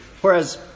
Whereas